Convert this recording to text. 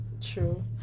True